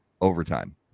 overtime